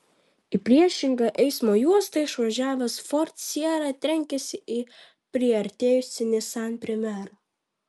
į priešingą eismo juostą išvažiavęs ford sierra trenkėsi į priartėjusį nissan primera